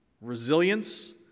Resilience